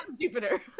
jupiter